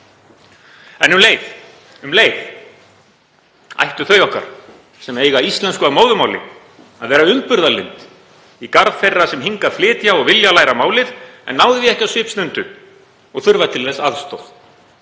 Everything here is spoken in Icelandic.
athugi.“ Um leið ættu þau okkar sem eiga íslensku að móðurmáli að vera umburðarlynd í garð þeirra sem hingað flytja og vilja læra málið en ná því ekki á svipstundu og þurfa til þess aðstoð.